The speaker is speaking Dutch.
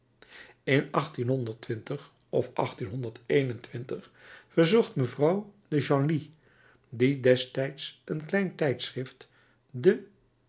in of verzocht mevrouw de genlis die destijds een klein tijdschrift de